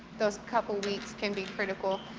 those couple weeks can be critical.